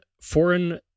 Foreign